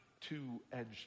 two-edged